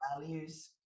values